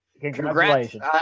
congratulations